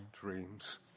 dreams